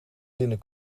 zinnen